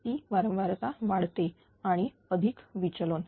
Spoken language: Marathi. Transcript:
ती वारंवारता वाढते आणि अधिक विचलन